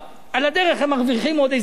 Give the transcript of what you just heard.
על הדרך הם מרוויחים עוד איזו החמרה,